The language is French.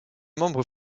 membres